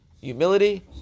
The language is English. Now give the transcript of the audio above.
humility